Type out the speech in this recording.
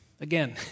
Again